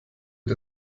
ihr